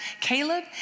Caleb